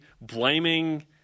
blaming